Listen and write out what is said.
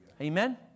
Amen